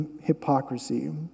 hypocrisy